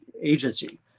agency